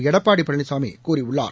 எடப்பாடிபழனிசாமிகூறியுள்ளார்